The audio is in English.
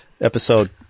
episode